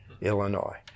Illinois